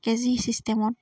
KG চিষ্টেমত